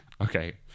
okay